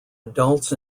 adults